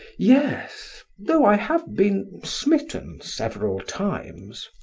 yes, though i have been smitten several times.